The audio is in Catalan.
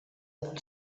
del